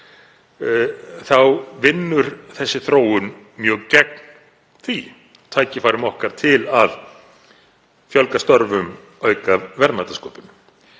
þá vinnur þessi þróun mjög gegn því, þ.e. tækifærum okkar til að fjölga störfum, auka verðmætasköpun.